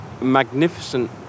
magnificent